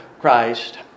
Christ